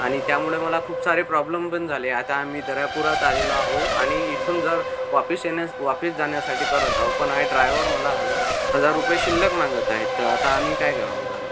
आणि त्यामुळे मला खूप सारे प्रॉब्लम पण झाले आता आम्ही दर्यापुरात आलेलो आहो आणि इथून जर वापिस येण्यास वापिस जाण्यासाठी करत आहो पण हा ड्रायव्हर मला हजर हजार रुपये शिल्लक मागत आहे तर आता आम्ही काय करावं दादा